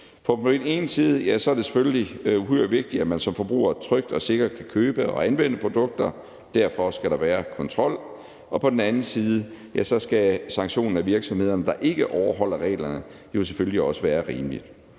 På den ene side er det selvfølgelig uhyre vigtigt, at man som forbruger trygt og sikkert kan købe og anvende produkter. Derfor skal der være kontrol. På den anden side skal sanktioner mod virksomheder, der ikke overholder reglerne, jo selvfølgelig også være rimelige.